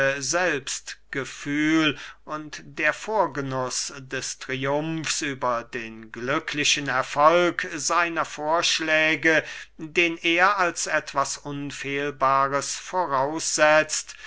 selbstgefühl und der vorgenuß des triumfs über den glücklichen erfolg seiner vorschläge den er als etwas unfehlbares voraussetzt